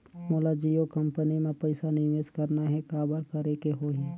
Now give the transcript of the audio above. मोला जियो कंपनी मां पइसा निवेश करना हे, काबर करेके होही?